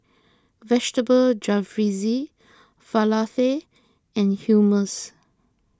Vegetable Jalfrezi Falafel and Hummus